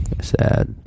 Sad